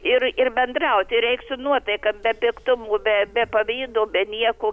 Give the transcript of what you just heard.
ir ir bendrauti reik su nuotaika be piktumų be be pavydo be nieko